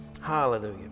Hallelujah